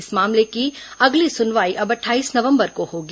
इस मामले की अगली सुनवाई अब अट्ठाईस नवंबर को होगी